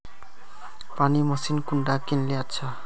पानी मशीन कुंडा किनले अच्छा?